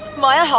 maya!